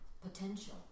potential